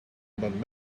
about